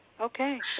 Okay